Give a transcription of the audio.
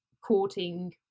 courting